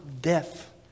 death